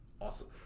awesome